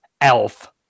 elf